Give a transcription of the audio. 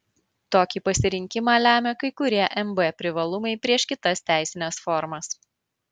tokį pasirinkimą lemia kai kurie mb privalumai prieš kitas teisines formas